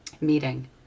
meeting